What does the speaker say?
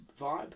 vibe